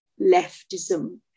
leftism